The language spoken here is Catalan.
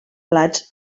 plats